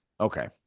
Okay